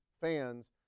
fans